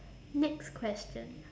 next question